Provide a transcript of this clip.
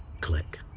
Click